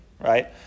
right